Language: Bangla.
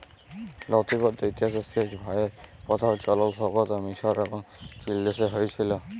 লতিবদ্ধ ইতিহাসে সেঁচ ভাঁয়রের পথম চলল সম্ভবত মিসর এবং চিলদেশে হঁয়েছিল